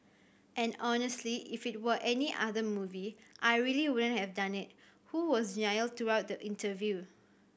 and honestly if it were any other movie I really wouldn't have done it who was genial throughout the interview